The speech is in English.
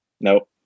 Nope